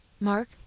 Mark